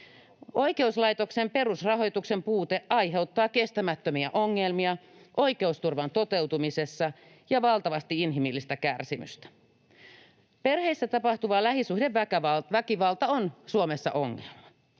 Oikeuslaitoksen perusrahoituksen puute aiheuttaa kestämättömiä ongelmia oikeusturvan toteutumisessa ja valtavasti inhimillistä kärsimystä. Perheissä tapahtuva lähisuhdeväkivalta on Suomessa ongelma.